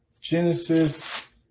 Genesis